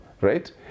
right